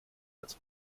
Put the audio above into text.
als